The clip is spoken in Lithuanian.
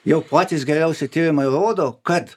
jau patys geriausi tyrimai rodo kad